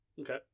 okay